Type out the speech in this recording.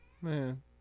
Man